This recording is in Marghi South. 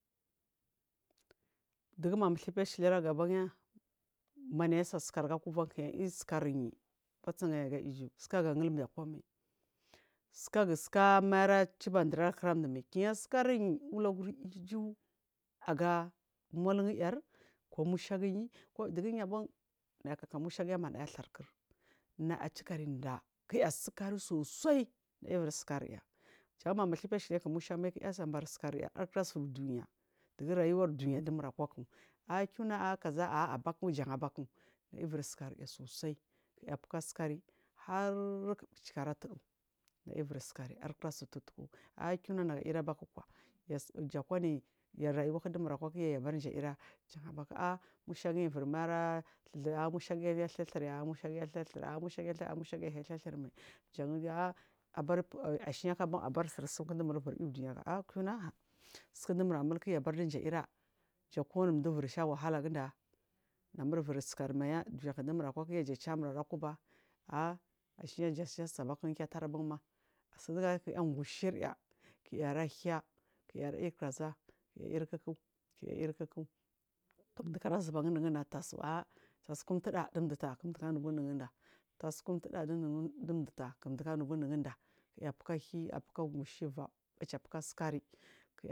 Dugubar ma mutsubi asera gubanya ma nai ase sukari aga kufan iri sekarin pusa’ayi agaiju seka da durdu akuwamai kenai a sekariyi pusayi aga iju aga mu lun yar ka agan musha gin diguyi ban nay a k aka musha giya maya a thirkrir naya chikan da kenaya asakari sosai naya iveri sekariya janma musufi ase ku musha mai kunaya bari sekari ya harkura sur dunya dugu rayuwan dunya dumur akwaku akina a kaza abonku jan abaku naya iveri sekaya sosai keya puka sekari har bucheka ara tudu naya iveri sekari ya hark era su tuttuku a kiuna nagu a airi a baku ja kwani yu rawaku dumar akwa aba dunda aina jan abandu’aira a musuagin ivermai aluba gurthir a musha giya a thir masuagiya adagur thir mai ashena ban abar seku dumur iveri u dunya a kina suku dumur ramul kya abaje ira ja kuwan du iver sha wahala gunda na mu river sekarimaiya dunyaku dumur akwa kya na mura ra kuba a ashena jen aku su abaku janke atare banma sedai kenaya an’ gusheriya kunaya asekari kya ara herya kya yir kaku kya yir kaku duku ara zuba aga in nugun da tas kunjuda dun duta ku duta annuba innugunda keya buka gu she vabuche keya buka sekari ya.